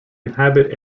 inhabit